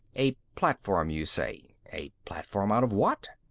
a platform, you say. a platform out of what?